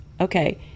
okay